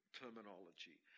terminology